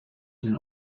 den